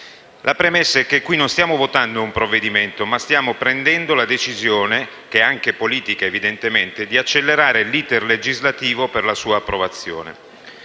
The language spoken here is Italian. La premessa è che qui non stiamo votando un provvedimento, ma stiamo assumendo la decisione, che è anche politica evidentemente, di accelerare l'*iter* legislativo per la sua approvazione.